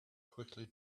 quickly